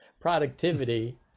productivity